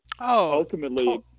ultimately